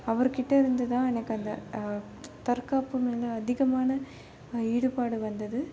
அவர்கிட்டேருந்துதான் எனக்கு அந்த தற்காப்பு மேலே அதிகமான ஈடுபாடு வந்தது